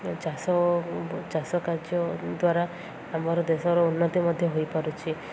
ଚାଷ ଚାଷ କାର୍ଯ୍ୟ ଦ୍ୱାରା ଆମର ଦେଶର ଉନ୍ନତି ମଧ୍ୟ ହୋଇପାରୁଛି